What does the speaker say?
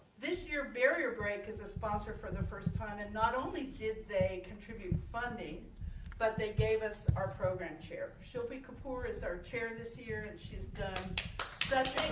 this year barrierbreak is a sponsor for the first time and not only did they contribute funding but they gave us our program chair shilpi kapoor is our chair this year and she's done such a